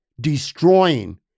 destroying